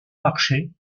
marché